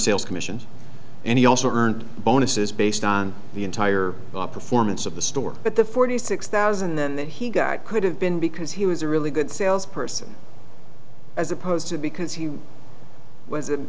sales commissions and he also earned bonuses based on the entire performance of the store but the forty six thousand than that he got could have been because he was a really good sales person as opposed to because he was a